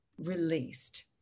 released